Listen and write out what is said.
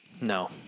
No